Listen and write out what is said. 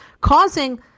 causing